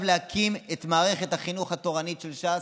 להקים את מערכת החינוך התורנית של ש"ס.